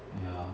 ya